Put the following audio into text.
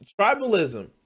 tribalism